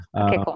Okay